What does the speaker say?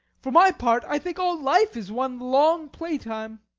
for my part, i think all life is one long playtime